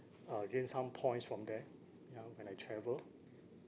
uh gain some points from there ya when I travel